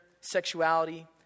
sexuality